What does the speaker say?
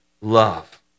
love